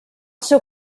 seu